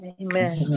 Amen